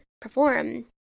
perform